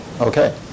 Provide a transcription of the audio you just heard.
okay